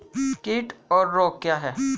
कीट और रोग क्या हैं?